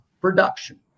production